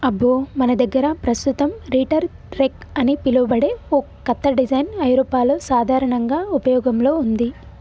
అబ్బో మన దగ్గర పస్తుతం రీటర్ రెక్ అని పిలువబడే ఓ కత్త డిజైన్ ఐరోపాలో సాధారనంగా ఉపయోగంలో ఉంది